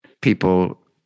people